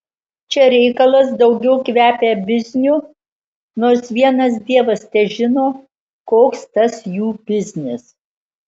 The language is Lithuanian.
čia reikalas daugiau kvepia bizniu nors vienas dievas težino koks tas jų biznis